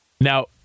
Now